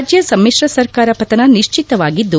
ರಾಜ್ಯ ಸಮಿಶ್ರ ಸರ್ಕಾರ ಪತನ ನಿಶ್ಚಿತವಾಗಿದ್ದು